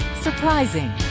Surprising